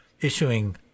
issuing